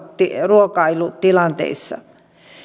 ruokailutilanteissa